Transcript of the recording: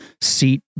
seat